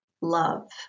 love